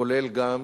כולל גם